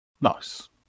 Nice